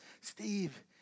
Steve